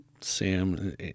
Sam